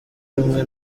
rumwe